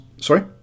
sorry